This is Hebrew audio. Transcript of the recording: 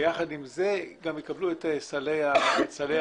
ביחד עם זה גם יקבלו את סלי המזון.